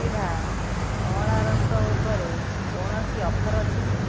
କପିଭା ଅଁଳା ରସ ଉପରେ କୌଣସି ଅଫର୍ ଅଛି କି